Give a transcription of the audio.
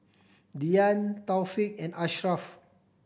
Dian Taufik and Ashraf